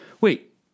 wait